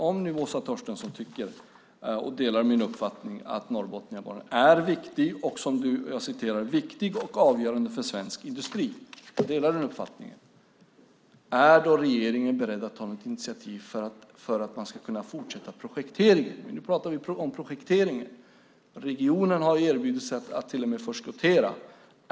Om nu Åsa Torstensson tycker att Norrbotniabanan är "avgörande och viktig för svensk basindustri" - jag delar den uppfattningen - är då regeringen beredd att ta något initiativ för att man ska kunna fortsätta projekteringen? Regionen har till och med erbjudit sig att förskottera.